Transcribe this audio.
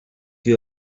you